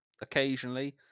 occasionally